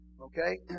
Okay